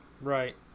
right